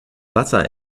wasser